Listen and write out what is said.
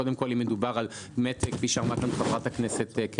קודם כול אם מדובר על --- כפי שאמרה כאן חברת הכנסת,